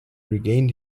regained